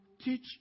teach